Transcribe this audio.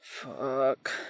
Fuck